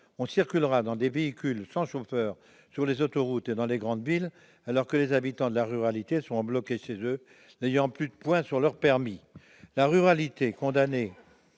on circulera dans des véhicules sans chauffeur sur les autoroutes et dans les grandes villes, alors que les habitants de la ruralité seront bloqués chez eux, n'ayant plus de points sur leur permis ... Les ruraux, condamnés